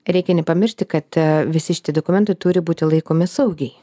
reikia nepamiršti kad visi šitie dokumentai turi būti laikomi saugiai